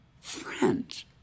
friends